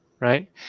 Right